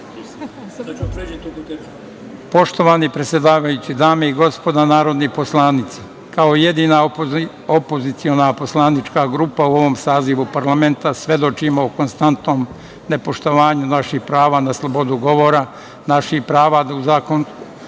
Poštovani predsedavajući, dame i gospodo narodni poslanici, kao jedina opoziciona poslanička grupa u ovom Sazivu parlamenta svedočimo konstantnom nepoštovanju naših prava na slobodu govora, naših prava da u zakonom